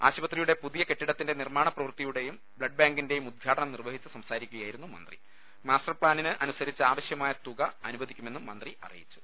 ആശുപത്രിയുടെ പുതിയ കെട്ടിടത്തിന്റെ നിർമാണ പ്രവൃത്തിയുടെയും ബ്ലഡ് ബാങ്കിന്റെയും ഉദ്ഘാടനം നിർവഹിച്ച് സംസാരിക്കുകയായിരുന്നു മന്ത്രി അനുസരിച്ച് ആവശ്യമായ മാസ്റ്റർപ്സാനിന് തു ക അനുവദിക്കുമെന്നും മന്ത്രി അറിയിച്ചു